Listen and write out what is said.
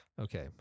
Okay